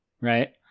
right